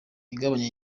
igabanya